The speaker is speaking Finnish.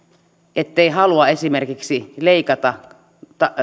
ettei halua esimerkiksi leikata